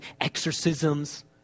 exorcisms